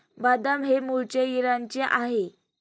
बदाम हे मूळचे इराणचे आहे